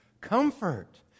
Comfort